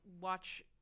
watch